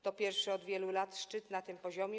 To pierwszy od wielu lat szczyt na tym poziomie.